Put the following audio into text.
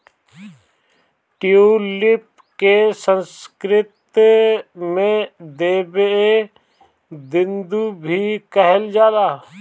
tulip के संस्कृत में देव दुन्दुभी कहल जाला